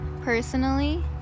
personally